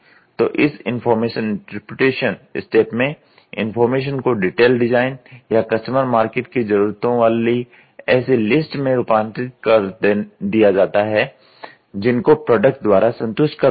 तो इस information interpretation step में इंफॉर्मेशन को डिटेल डिजाइन या कस्टमर मार्केट की जरूरतों वाली ऐसी लिस्ट में रूपांतरित कर दिया जाता है जिनको प्रोडक्ट द्वारा संतुष्ट करवाना है